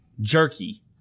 Jerky